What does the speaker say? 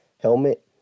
helmet